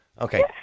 Okay